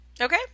Okay